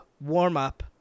warm-up